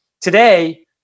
Today